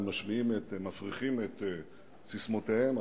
הם מפריחים את ססמאותיהם,